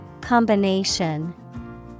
Combination